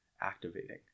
activating